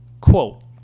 Quote